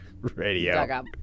Radio